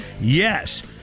yes